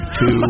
two